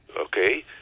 okay